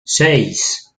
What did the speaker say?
seis